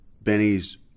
Benny's